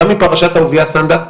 גם מפרשת אהוביה סנדק.